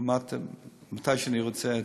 כמעט תמיד כשאני רוצה,